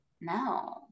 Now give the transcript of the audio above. No